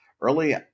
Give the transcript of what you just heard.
Early